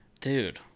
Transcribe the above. dude